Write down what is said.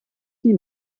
die